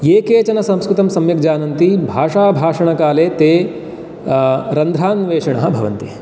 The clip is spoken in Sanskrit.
ये केचन संस्कृतं सम्यक् जानन्ति भाषाभाषणकाले ते रन्ध्रान्वेषिणः भवन्ति